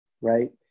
right